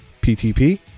ptp